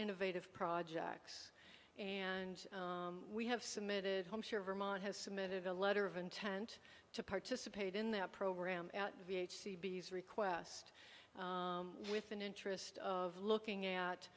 innovative projects and we have submitted homes here vermont has submitted a letter of intent to participate in the program at v h c b s request with an interest of looking at